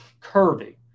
curvy